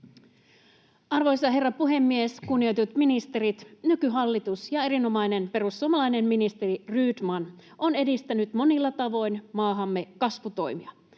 Arvoisa herra puhemies! Kunnioitetut ministerit! Nykyhallitus ja erinomainen perussuomalainen ministeri Rydman on edistänyt monilla tavoin maahamme kasvutoimia.